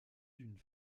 d’une